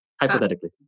hypothetically